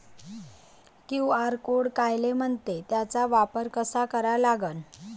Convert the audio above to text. QR code कायले म्हनते, त्याचा वापर कसा करा लागन?